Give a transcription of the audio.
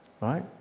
Right